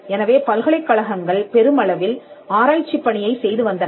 எனவே பல்கலைக்கழகங்கள் பெருமளவில் ஆராய்ச்சிப் பணியை செய்து வந்தன